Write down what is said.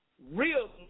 Real